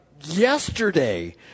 yesterday